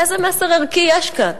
איזה מסר ערכי יש כאן?